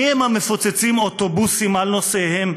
מי הם המפוצצים אוטובוסים על נוסעיהם,